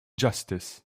justice